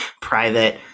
private